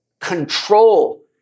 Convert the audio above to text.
control